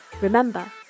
Remember